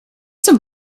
some